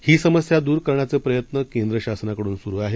ही समस्या दूर करण्याचे प्रयत्न केंद्र शासनाकडून सुरू आहेत